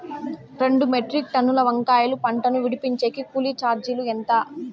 రెండు మెట్రిక్ టన్నుల వంకాయల పంట ను విడిపించేకి కూలీ చార్జీలు ఎంత?